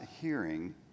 hearing